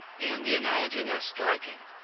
and the analogy less striking.